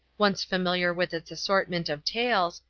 once familiar with its assortment of tails,